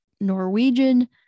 Norwegian